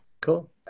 Cool